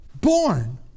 born